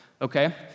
okay